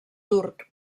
turc